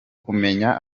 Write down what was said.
kumenya